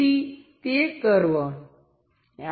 ત્યાં કંઈક આવું છે